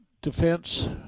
defense